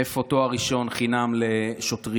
איפה תואר ראשון חינם לשוטרים?